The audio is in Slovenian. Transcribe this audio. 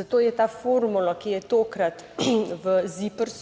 zato je ta formula, ki je tokrat v ZIPRS,